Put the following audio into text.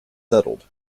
settled